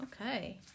okay